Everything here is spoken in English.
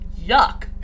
yuck